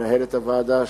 מנהלת הוועדה,